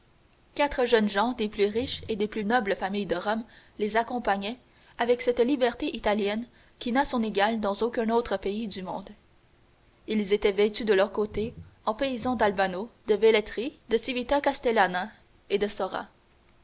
quatre jeunes gens des plus riches et des plus nobles familles de rome les accompagnaient avec cette liberté italienne qui a son égale dans aucun autre pays du monde ils étaient vêtus de leur côté en paysans d'albano de velletri de civita castellana et de